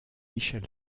michel